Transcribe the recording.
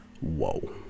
Whoa